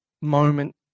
moment